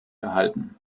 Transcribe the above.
erhalten